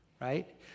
right